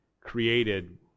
created